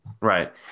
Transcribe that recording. Right